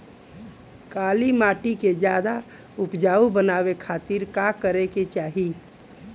काली माटी के ज्यादा उपजाऊ बनावे खातिर का करे के चाही?